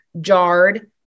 jarred